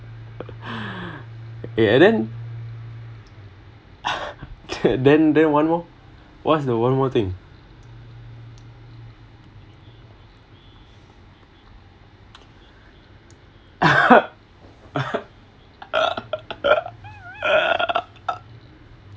okay and then then then one more what’s the one more thing